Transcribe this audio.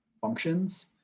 functions